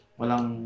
walang